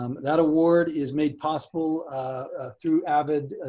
um that award is made possible through avid, a